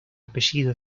apellido